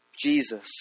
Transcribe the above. Jesus